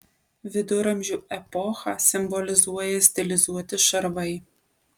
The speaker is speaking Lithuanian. viduramžių epochą simbolizuoja stilizuoti šarvai